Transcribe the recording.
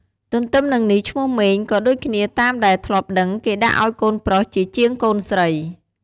ទទ្ទឹមនឹងនេះឈ្មោះម៉េង ក៏ដូចគ្នាតាមដែលធ្លាប់ដឹងគេដាក់អោយកូនប្រុសជាជាងកូនស្រី។